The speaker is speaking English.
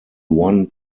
one